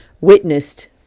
witnessed